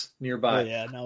nearby